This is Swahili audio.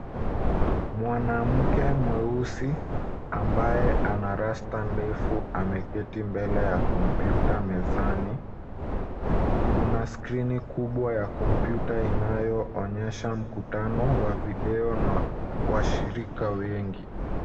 Mwanamke mweusi ambaye ana rasta ndefu ameketi mbele ya kompyuta mezani. Kuna skrini kubwa ya kompyuta inayoonyesha mkutano wa video na washirika wengi.